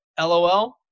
lol